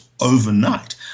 overnight